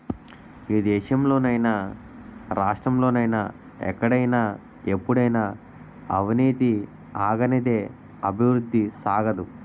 ఈ దేశంలో నైనా రాష్ట్రంలో నైనా ఎక్కడైనా ఎప్పుడైనా అవినీతి ఆగనిదే అభివృద్ధి సాగదు